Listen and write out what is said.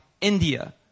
India